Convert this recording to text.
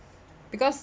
because